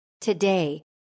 Today